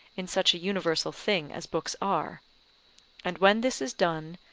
in such a universal thing as books are and when this is done,